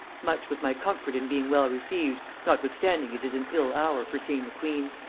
much was my comfort in being well received, notwithstanding it is an ill hour for seeing the queen.